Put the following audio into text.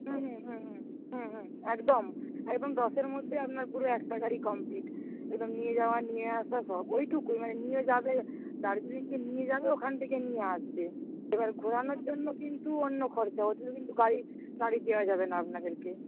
হুম হুম হুম হুম হুম হুম একদম একদম দশের মধ্যেই আপনার পুরো একটা গাড়ি কমপ্লিট এবং নিয়ে যাওয়া নিয়ে আসা সব ওইটুকু মানে নিয়ে যাবে দার্জিলিং যে নিয়ে যাবে ওখান থেকে নিয়ে আসবে এবার ঘোরানোর জন্য কিন্তু অন্য খরচা ওটাতে কিন্তু গাড়ি গাড়ি দেওয়া যাবে না আপনাদেরকে